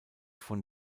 von